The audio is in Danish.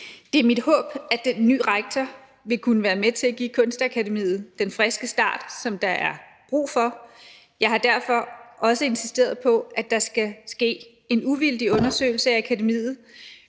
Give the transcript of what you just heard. Det er mit håb, at den nye rektor vil kunne være med til at give Kunstakademiet den friske start, som der er brug for. Jeg har derfor også insisteret på, at der skal ske en uvildig undersøgelse af akademiet.